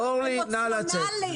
אורלי נא לצאת.